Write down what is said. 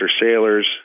Sailor's